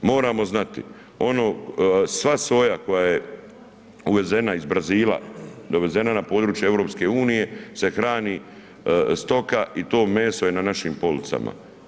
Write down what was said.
Moramo znati ono sva soja koja je uvezena iz Brazila, dovezena na području EU-a se hrani stoka i to meso je na našim policama.